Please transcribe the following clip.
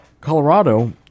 Colorado